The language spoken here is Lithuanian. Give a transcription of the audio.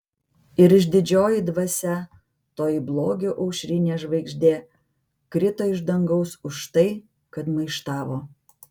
ir išdidžioji dvasia toji blogio aušrinė žvaigždė krito iš dangaus už tai kad maištavo